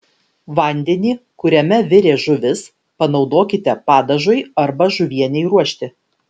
vandenį kuriame virė žuvis panaudokite padažui arba žuvienei ruošti